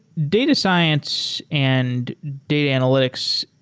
data science and data analytics,